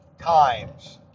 times